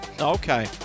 okay